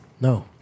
No